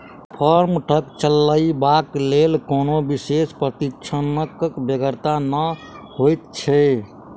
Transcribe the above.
farm truck चलयबाक लेल कोनो विशेष प्रशिक्षणक बेगरता नै होइत छै